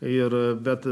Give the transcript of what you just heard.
ir bet